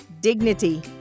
Dignity